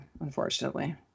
unfortunately